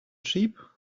sheep